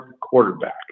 quarterback